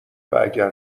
واگر